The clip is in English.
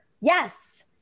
Yes